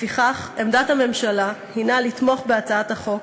לפיכך, עמדת הממשלה היא לתמוך בהצעת החוק,